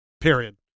period